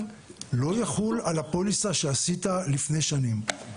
לא יחול על הפוליסה שעשית לפני שנים.